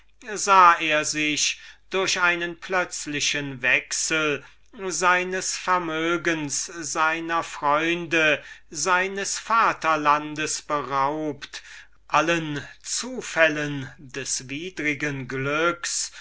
befand er sich durch einen plötzlichen wechsel seines vermögens seiner freunde seines vaterlands beraubt allen zufällen des widrigen glücks